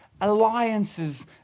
alliances